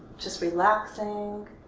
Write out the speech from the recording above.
just relaxing?